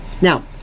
Now